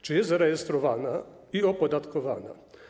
Czy jest zarejestrowana i opodatkowana?